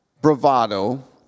bravado